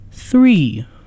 Three